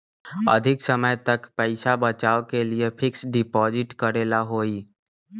अधिक समय तक पईसा बचाव के लिए फिक्स डिपॉजिट करेला होयई?